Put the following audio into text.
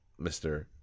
Mr